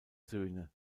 söhne